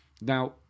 Now